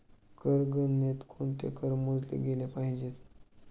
कर गणनेत कोणते कर मोजले गेले पाहिजेत?